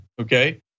Okay